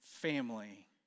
family